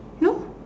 no